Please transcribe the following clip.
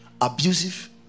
Abusive